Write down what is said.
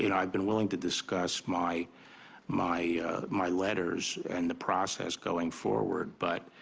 you know i've been willing to discuss my my my letters and the process going forward. but